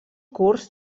curs